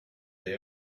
day